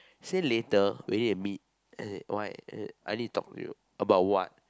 say later where and meet as in why uh I need to talk to you about what